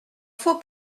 faut